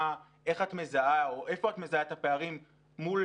איך את מזהה או היכן את מזהה את הפערים מול